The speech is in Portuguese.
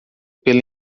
pela